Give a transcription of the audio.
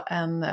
en